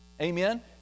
amen